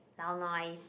lao nua is